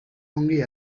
ongi